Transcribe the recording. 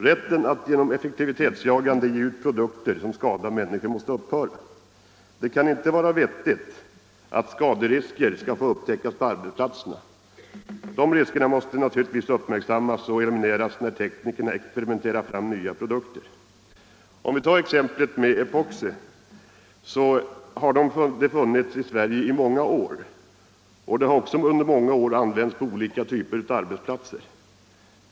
Rätten att i effektivitetsjagande syfte ge ut produkter som skadar människor måste upphöra. Det kan inte vara vettigt att skaderisker skall upptäckas på arbetsplatserna. Dessa risker måste naturligtvis uppmärksammas och elimineras redan när teknikerna experimenterar fram nya produkter. Epoxi t.ex., som vi diskuterar här i dag, har funnits i Sverige i många år och under många år använts på olika typer av arbetsplatser.